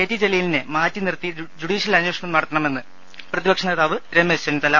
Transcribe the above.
T ജലീലിനെ മാറ്റി നിർത്തി ജുഡീ ഷ്യൽ അന്വേഷണം നടത്തണമെന്ന് പ്രതിപക്ഷ നേതാവ് രമേശ് ചെന്നിത്തല